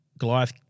Goliath